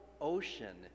ocean